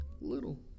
Little